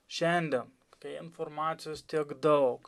šiandien kai informacijos tiek daug